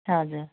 हजुर